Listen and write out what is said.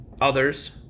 others